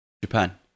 Japan